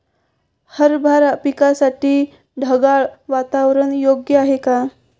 हरभरा पिकासाठी ढगाळ वातावरण योग्य आहे का?